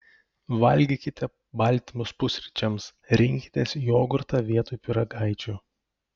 valgykite baltymus pusryčiams rinkitės jogurtą vietoj pyragaičių